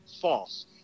false